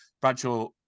Bradshaw